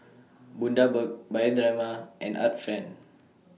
Bundaberg Bioderma and Art Friend